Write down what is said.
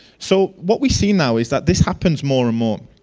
so what we see now is that this happens more and more.